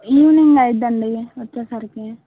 evening అయిద్దండి వచ్చేసరికి